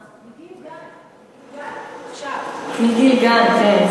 מגיל גן, מגיל גן.